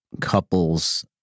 couples